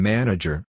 Manager